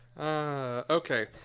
Okay